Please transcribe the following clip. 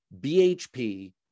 bhp